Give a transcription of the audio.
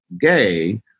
gay